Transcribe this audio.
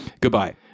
Goodbye